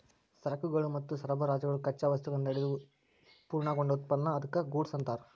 ಸರಕುಗಳು ಮತ್ತು ಸರಬರಾಜುಗಳು ಕಚ್ಚಾ ವಸ್ತುಗಳಿಂದ ಹಿಡಿದು ಪೂರ್ಣಗೊಂಡ ಉತ್ಪನ್ನ ಅದ್ಕ್ಕ ಗೂಡ್ಸ್ ಅನ್ತಾರ